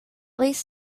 least